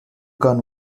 gun